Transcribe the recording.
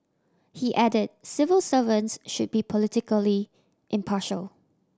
he added civil servants should be politically impartial